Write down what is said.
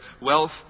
wealth